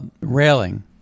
railing